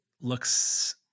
looks